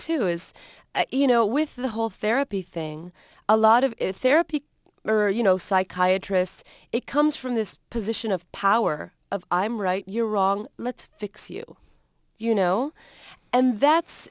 too is you know with the whole therapy thing a lot of if there are you know psychiatry lists it comes from this position of power of i'm right you're wrong let's fix you you know and that's